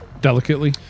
delicately